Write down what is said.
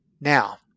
Now